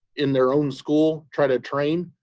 in their own school try to train.